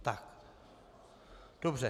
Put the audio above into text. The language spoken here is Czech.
Tak dobře.